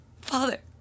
Father